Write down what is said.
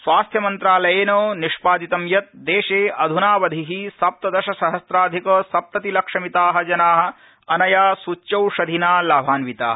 स्वास्थ्यमन्त्रालयेन निष्पादितं यत् देशे अधनावधि सप्तदशसहम्राधिक सप्तति लक्षमिता जना अनया सच्यौषधिना लाभान्विता